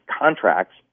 contracts